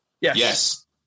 Yes